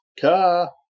Car